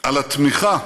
על התמיכה